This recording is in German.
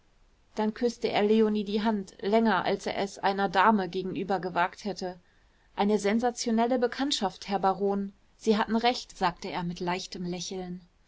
dann küßte er leonie die hand länger als er es einer dame gegenüber gewagt hätte eine sensationelle bekanntschaft herr baron sie hatten recht sagte er mit leichtem lächeln